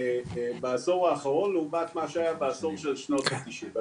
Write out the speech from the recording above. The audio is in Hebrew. בעשור האחרון לעומת מה שהיה בעשור של שנות התשעים.